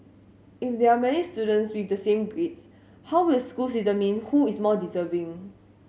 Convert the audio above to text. if they are many students with the same grades how will school determine who is more deserving